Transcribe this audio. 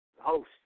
host